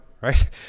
right